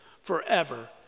forever